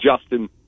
Justin